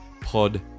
Pod